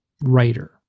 writer